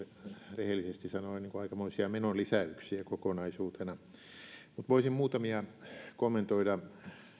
rehellisesti sanoen aikamoisia menonlisäyksiä kokonaisuutena mutta voisin muutamia kommentoida